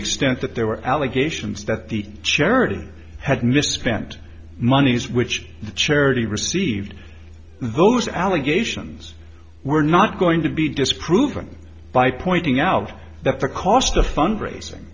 extent that there were allegations that the charity had misspent monies which the charity received those allegations were not going to be disproven by pointing out that the cost of fundraising